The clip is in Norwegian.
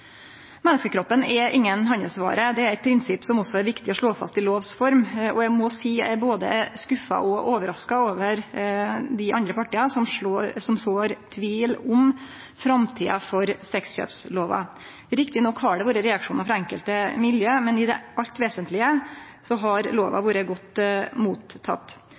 Menneskekroppen er inga handelsvare. Det er eit prinsipp som også er viktig å slå fast i lovs form, og eg må seie at eg både er skuffa og overraska over dei partia som sår tvil om framtida for sexkjøpslova. Rett nok har det vore reaksjonar frå enkelte miljø, men i det alt vesentlege har lova vore